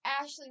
Ashley